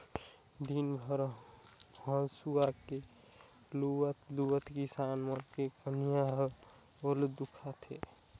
दिन भर हंसुआ में लुवत लुवत किसान मन के कनिहा ह घलो दुखा थे